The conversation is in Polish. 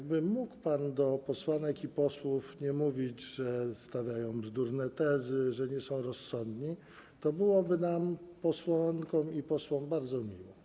Gdyby mógł pan do posłanek i posłów nie mówić, że stawiają bzdurne tezy, że nie są rozsądni, to byłoby nam, posłankom i posłom, bardzo miło.